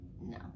No